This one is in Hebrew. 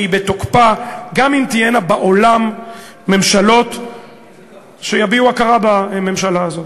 והיא בתוקפה גם אם תהיינה בעולם ממשלות שיביעו הכרה בממשלה הזאת.